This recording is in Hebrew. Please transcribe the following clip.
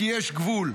כי יש גבול.